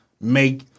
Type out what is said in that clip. make